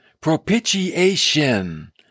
Propitiation